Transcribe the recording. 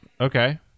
Okay